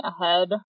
ahead